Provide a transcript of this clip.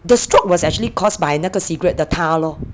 the stroke was actually caused by 那个 cigarette 的 tar lor